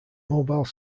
mobile